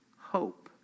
hope